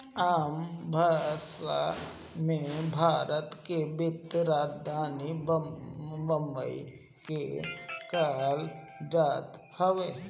आम भासा मे, भारत के वित्तीय राजधानी बम्बई के कहल जात हवे